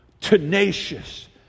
tenacious